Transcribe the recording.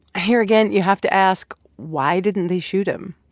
here again you have to ask, why didn't they shoot him,